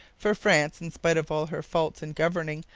for france, in spite of all her faults in governing,